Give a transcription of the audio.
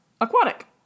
aquatic